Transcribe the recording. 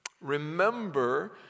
remember